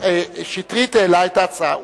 שטרית העלה את ההצעה,